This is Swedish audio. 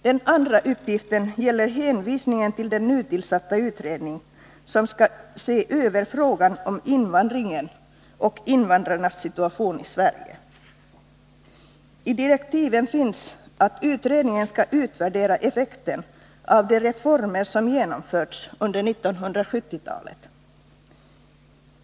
Den andra uppgiften gäller hänvisningen till den nytillsatta utredning som skall se över frågan om invandringen och invandrarnas situation i Sverige. I direktiven står att utredningen skall utvärdera effekten av de reformer som har genomförts under 1970-talet.